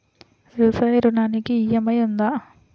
వ్యవసాయ ఋణానికి ఈ.ఎం.ఐ ఉందా?